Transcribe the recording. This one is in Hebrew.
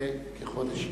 לפני כחודש ימים.